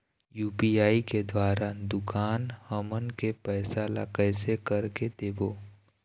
UPI के द्वारा दुकान हमन के पैसा ला कैसे कर के देबो?